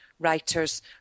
writers